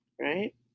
right